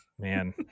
man